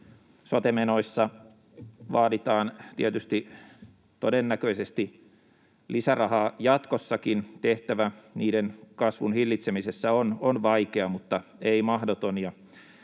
sote-menoissa vaaditaan tietysti todennäköisesti lisärahaa jatkossakin. Tehtävä niiden kasvun hillitsemisessä on vaikea mutta ei mahdoton,